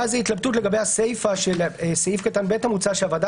היתה התלבטות לגבי הסיפא של סעיף קטן (ב) המוצע שהוועדה